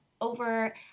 over